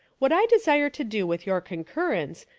what i desire to do with your concurrence,